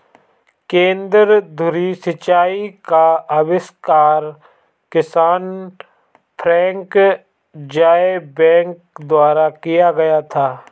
केंद्र धुरी सिंचाई का आविष्कार किसान फ्रैंक ज़ायबैक द्वारा किया गया था